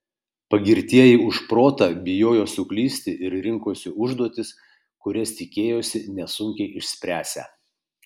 pagirtieji už protą bijojo suklysti ir rinkosi užduotis kurias tikėjosi nesunkiai išspręsią